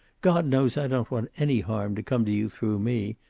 god knows i don't want any harm to come to you through me.